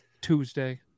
Tuesday